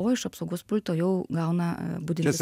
o iš apsaugos pulto jau gauna budintis